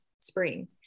spring